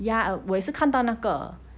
ya I 我也是看到那个